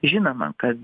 žinoma kad